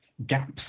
gaps